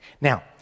Now